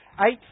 Eight